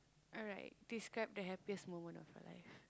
alright describe the happiest moment of your life